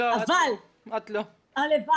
כרגע אנחנו,